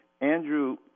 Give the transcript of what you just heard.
Andrew